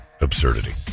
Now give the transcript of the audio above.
absurdity